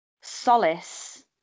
solace